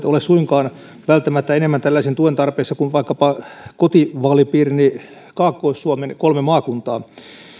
ole suinkaan välttämättä enemmän tällaisen tuen tarpeessa kuin vaikkapa kotivaalipiirini kaakkois suomen kolme maakuntaa